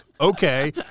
okay